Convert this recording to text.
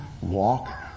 walk